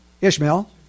Ishmael